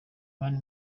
mani